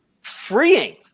freeing